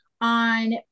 on